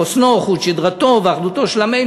חוסנו, חוט שדרתו ואחדותו של עמנו".